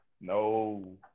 No